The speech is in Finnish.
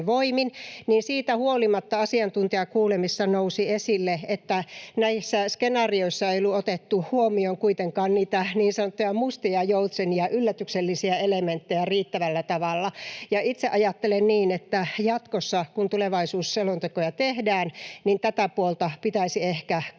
siitä huolimatta asiantuntijakuulemisessa nousi esille, että näissä skenaarioissa ei ollut otettu huomioon kuitenkaan niitä niin sanottuja mustia joutsenia, yllätyksellisiä elementtejä, riittävällä tavalla, ja itse ajattelen niin, että jatkossa, kun tulevaisuusselontekoja tehdään, tätä puolta pitäisi ehkä korostaa